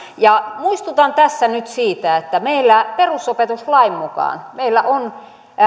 muistutan tässä nyt siitä että meillä perusopetuslain mukaan on